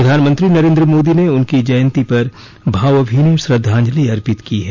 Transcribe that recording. प्रधानमंत्री नरेन्द्र मोदी ने उनकी जयंती पर भावभीनी श्रद्धांजलि अर्पित की है